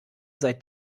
seit